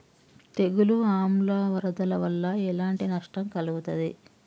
తెగులు ఆమ్ల వరదల వల్ల ఎలాంటి నష్టం కలుగుతది?